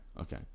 okay